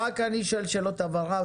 רק אני שואל שאלות הבהרה.